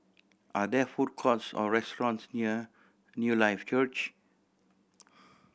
are there food courts or restaurants near Newlife Church